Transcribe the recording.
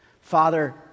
Father